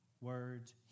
words